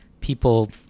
people